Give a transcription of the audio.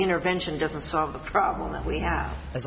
intervention doesn't solve the problem that we have